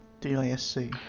D-I-S-C